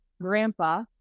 grandpa